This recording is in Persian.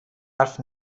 حرف